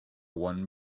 one